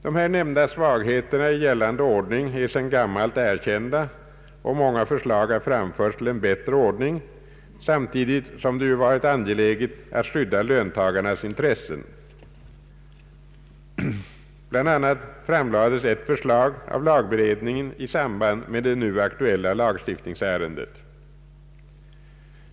De här nämnda svagheterna i gällande ordning är sedan gammalt erkända, och många förslag har framförts till en bättre ordning, samtidigt som det ju varit angeläget att skydda löntagarnas intressen. Bland annat framlades ett förslag av lagberedningen i samband med det aktuella lagstiftningsärendet.